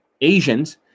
Asians